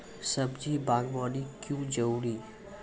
सब्जी बागवानी क्यो जरूरी?